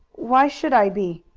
why should i be?